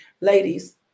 Ladies